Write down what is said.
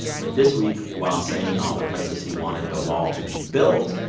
but this week, while saying all the places he wanted the wall to be built,